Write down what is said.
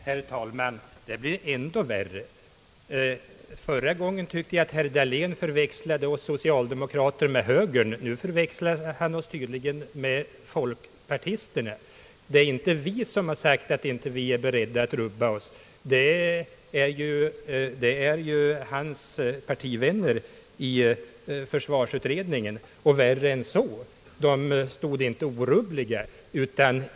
Herr talman, det blir ändå värre! Förra gången tycke jag herr Dahlén förväxlade oss socialdemokrater med högern; nu förväxlar han oss tydligen med folkpartisterna. Det är inte vi som sagt att vi inte är beredda att rubba oss — det är hans partivänner i försvarsutredningen. Och värre än så! De stod inte bara orubbliga.